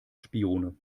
spione